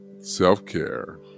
self-care